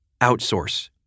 outsource